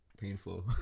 painful